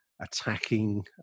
attacking